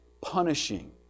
punishing